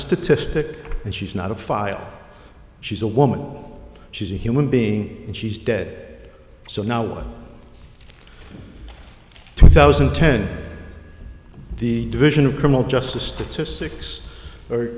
statistic and she's not a file she's a woman she's a human being and she's dead so now what two thousand and ten the division of criminal justice statistics or